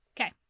Okay